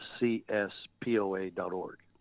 cspoa.org